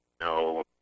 no